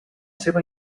seva